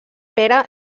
pere